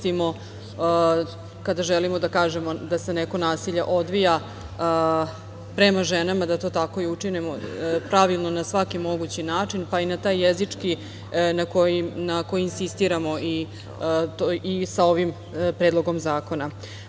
iskoristimo, kada želimo da kažemo da se neko nasilje odvija prema ženama, da to tako i učinimo, pravilno, na svaki mogući način, pa i na taj jezički na koji insistiramo i sa ovim Predlogom zakona.U